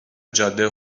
جاده